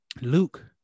Luke